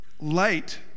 light